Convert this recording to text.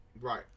Right